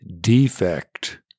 defect